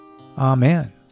Amen